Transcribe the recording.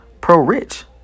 pro-rich